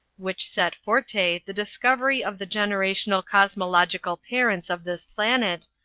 which set forte the discovery of the generational cosmological parents of this planet,